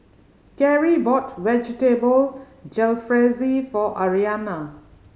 Karie bought Vegetable Jalfrezi for Aryanna